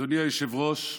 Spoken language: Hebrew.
אדוני היושב-ראש,